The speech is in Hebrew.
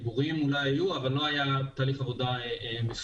דיבורים אולי היו, אבל לא היה תהליך עבודה מסודר.